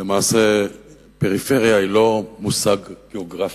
פריפריה היא לא מושג גיאוגרפי.